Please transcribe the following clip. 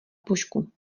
pušku